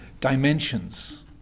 dimensions